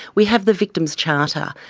we have the victims charter.